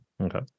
Okay